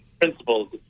principles